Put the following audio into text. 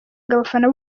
abafana